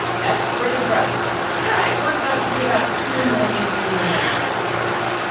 that's pretty impressive yeah. it works out to be about two million new women in the workforce, cardiff.